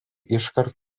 iškart